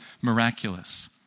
miraculous